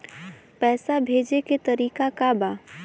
पैसा भेजे के तरीका का बा?